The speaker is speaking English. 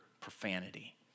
profanity